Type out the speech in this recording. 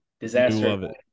Disaster